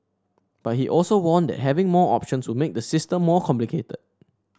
but he also warned that having more options would make the system more complicated